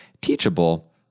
teachable